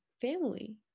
family